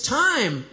time